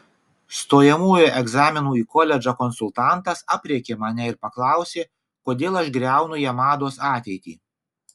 stojamųjų egzaminų į koledžą konsultantas aprėkė mane ir paklausė kodėl aš griaunu jamados ateitį